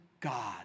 God